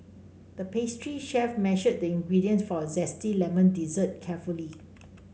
the pastry chef measured the ingredients for a zesty lemon dessert carefully